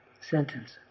sentence